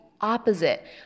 opposite